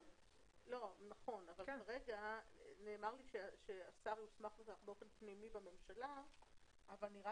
נאמר לי שהשר יוסמך באופן פנימי בממשלה אבל צריך